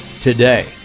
today